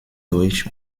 deutsch